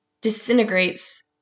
disintegrates